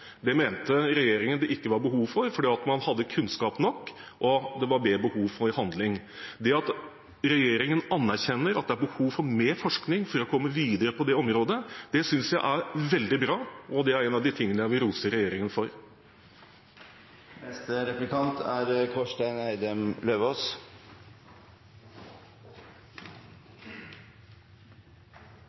Det mente regjeringen at det ikke var behov for, fordi man hadde kunnskap nok, og at det var mer behov for handling. Det at regjeringen anerkjenner at det er behov for mer forskning for å komme videre på det området, synes jeg er veldig bra, og det er en av de tingene jeg vil rose regjeringen